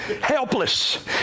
helpless